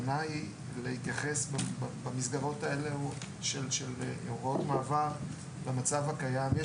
הכוונה היא להתייחס למצב הקיים בהוראות מעבר,